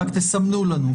רק תסמנו לנו.